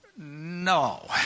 no